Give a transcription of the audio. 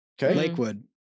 Lakewood